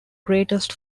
greatest